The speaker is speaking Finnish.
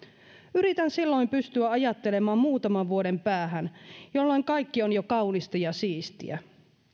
yritän silloin pystyä ajattelemaan muutaman vuoden päähän jolloin kaikki on jo kaunista ja siistiä